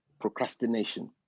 procrastination